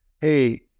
hey